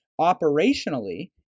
Operationally